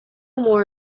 more